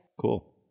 Cool